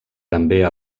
també